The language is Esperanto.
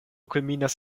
kulminas